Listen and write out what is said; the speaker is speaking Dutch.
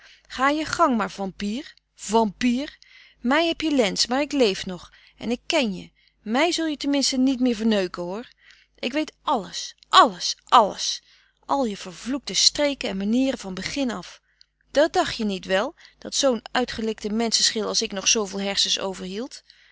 ga je gang maar vampier vampier mij heb je lens maar ik leef nog en ik ken je mij zul je ten minste niet meer verneuken hoor ik weet alles alles alles al je vervloekte streken en manieren van begin af dat dacht je niet wel dat zoo'n uitgelikte menseschil als ik nog zooveel hersens